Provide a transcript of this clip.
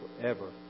forever